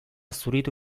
zuritu